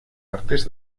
artes